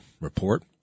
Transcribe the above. report